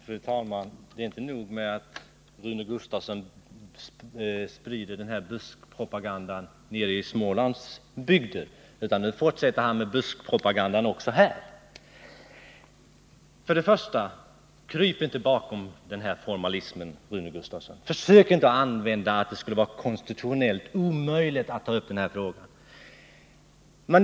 Fru talman! Det är inte nog med att Rune Gustavsson sprider den här buskpropagandan nere i Smålands bygder, utan nu fortsätter han med sin buskpropaganda också här. Först och främst: Kryp inte bakom den där formalismen, Rune Gustavsson! Försök inte att använda motiveringen att det skulle vara konstitutionellt omöjligt att ta upp den här frågan!